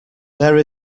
there